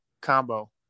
combo